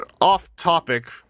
off-topic